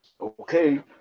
Okay